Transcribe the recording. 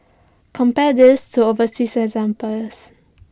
compare this to overseas examples